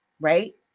right